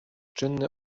czynny